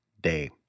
day